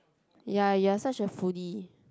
ya you are such a foodie